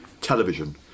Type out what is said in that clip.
television